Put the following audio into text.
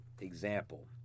example